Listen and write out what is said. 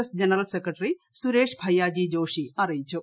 S general secretary Suresh Bhaiyyaji Joshi അറിയിച്ചു